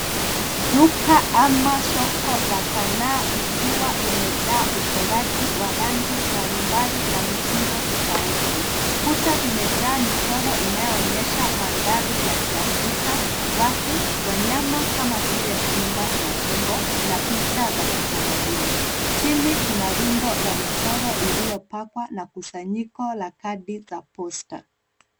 Duka ama soko la sanaa likiwa limejaa uchoraji wa rangi mbali mbali na mitindo tofauti. Kuta zimejaa michoro inayoonyesha mandhari ya kiafrika, watu, mnyama kama vile Simba na Tembo na picha za kitamaduni, chini kuna rundo la michoro iliyopakwa na kusanyiko la kadi za posta.